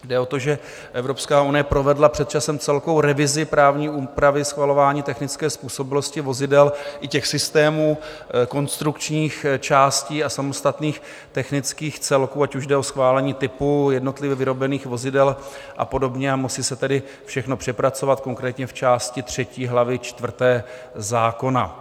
Jde o to, že Evropská unie provedla před časem celkovou revizi právní úpravy schvalování technické způsobilosti vozidel i systémů konstrukčních částí a samostatných technických celků, ať už jde o schválení typu jednotlivě vyrobených vozidel a podobně, a musí se tedy všechno přepracovat, konkrétně v části třetí, hlavy čtvrté zákona.